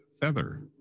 Feather